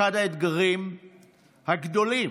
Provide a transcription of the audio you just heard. אחד האתגרים הגדולים